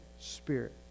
spirit